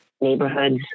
neighborhoods